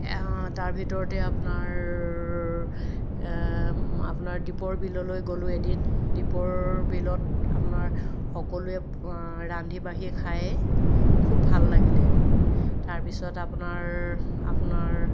তাৰ ভিতৰতে আপোনাৰ দীপৰ বিললৈ গ'লোঁ এদিন দীপৰ বিলত আপোনাৰ সকলোৱে ৰান্ধি বাঢ়ি খায় খুব ভাল লাগিলে তাৰপিছত আপোনাৰ